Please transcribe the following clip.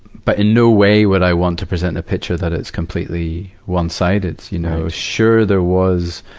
but, in no way, would i want to present a picture that it's completely one-sided, you know. sure, there was,